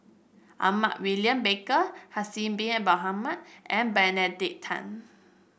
Edmund William Barker Haslir Bin Ibrahim and Benedict Tan